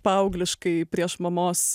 paaugliškai prieš mamos